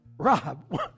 Rob